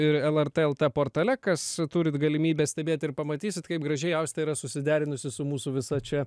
ir lrt lt portale kas turit galimybę stebėt ir pamatysit kaip gražiausiai austė yra susiderinusi su mūsų visa čia